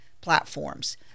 Platforms